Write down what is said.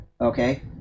Okay